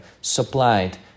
supplied